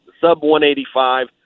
sub-185